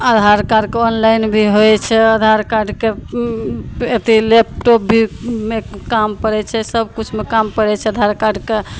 आधार कार्डके ऑनलाइन भी होइ छै आधार कार्डके उँ एते लैपटॉप भीमे काम पड़य छै सबकिछुमे काम पड़य छै आधार कार्डके